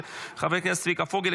של חברי הכנסת: צביקה פוגל,